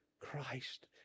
Christ